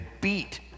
beat